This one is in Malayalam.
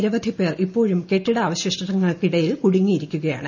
നിരവധിപ്പേർ ഇപ്പോഴും കെട്ടിടാവൃശ്ലിഷ്ടങ്ങൾ ക്കിടയിൽ കുടുങ്ങിക്കിടക്കുകയാണ്